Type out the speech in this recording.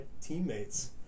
teammates